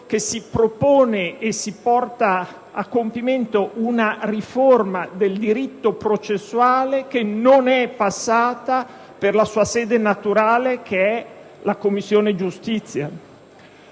che si propone e si porta a compimento una riforma del diritto processuale che non è passata per la sua sede naturale, cioè la Commissione giustizia.